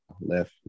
left